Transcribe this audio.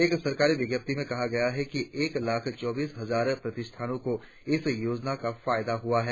एक सरकारी विज्ञप्ति में कहा गया है कि एक लाख चौबीस हजार प्रतिष्ठानों को इस योजना का फायदा हुआ है